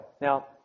Now